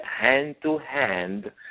hand-to-hand